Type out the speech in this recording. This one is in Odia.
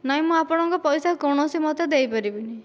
ନାଇଁ ମୁଁ ଆପଣଙ୍କ ପଇସା କୌଣସି ମତେ ଦେଇପାରିବିନି